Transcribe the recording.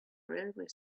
railway